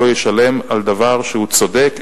לא ישלם על דבר שהוא צודק,